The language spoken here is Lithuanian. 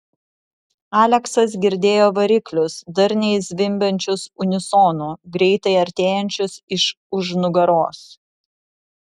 aleksas girdėjo variklius darniai zvimbiančius unisonu greitai artėjančius iš už nugaros